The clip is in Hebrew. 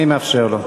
אני מאפשר לו.